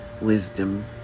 wisdom